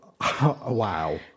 Wow